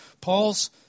Paul's